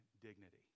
dignity